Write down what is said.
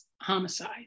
homicide